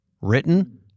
written